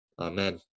Amen